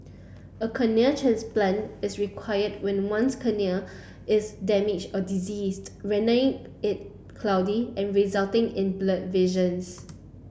a corneal transplant is required when one's cornea is damaged or diseased it cloudy and resulting in blurred visions